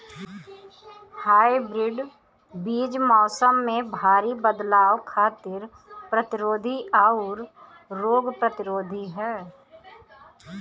hybrid बीज मौसम में भारी बदलाव खातिर प्रतिरोधी आउर रोग प्रतिरोधी ह